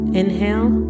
inhale